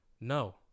No